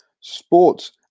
sports